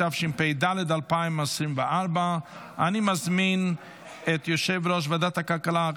התשפ"ד 2024. אני מזמין את יושב-ראש ועדת הכלכלה,